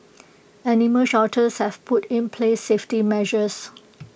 animal shelters have put in place safety measures